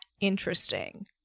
interesting